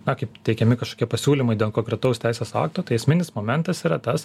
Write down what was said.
na kaip teikiami kažkokie pasiūlymai dėl konkretaus teisės akto tai esminis momentas yra tas